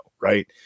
right